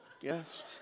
Yes